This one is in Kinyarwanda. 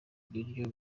biryo